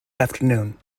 afternoon